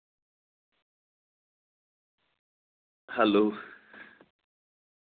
hello